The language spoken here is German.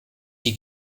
die